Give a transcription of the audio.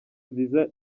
visa